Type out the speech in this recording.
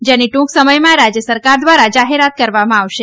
જેની ટ્રંક સમયમાં રાજ્ય સરકાર દ્વારા જાહેરાત કરવામાં આવશે